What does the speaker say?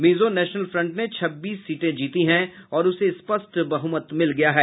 Mizo National Front ने छब्बीस सीटें जीती हैं और उसे स्पष्ट बहुमत मिल गया है